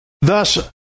Thus